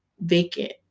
vacant